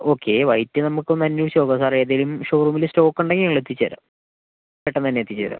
okay wait നമുക്ക് ഒന്ന് അന്വേഷിച്ച് നോക്കാം സാർ ഏതെങ്കിലും ഷോറൂമിൽ സ്റ്റോക്ക് ഉണ്ടെങ്കിൽ ഞങ്ങൾ എത്തിച്ചുതരാം പെട്ടെന്ന് തന്നെ എത്തിച്ചുതരാം